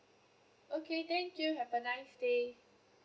okay thank you have a nice day